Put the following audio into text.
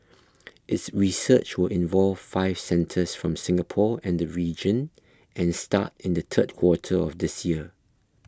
its research will involve five centres from Singapore and the region and start in the third quarter of this year